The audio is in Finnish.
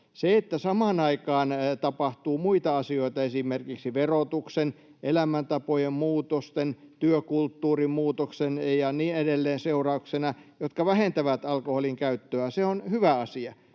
Se, että samaan aikaan tapahtuu muita asioita — esimerkiksi verotuksen, elämäntapojen muutosten, työkulttuurin muutoksen ja niin edelleen seurauksena — jotka vähentävät alkoholinkäyttöä, on hyvä asia.